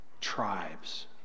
tribes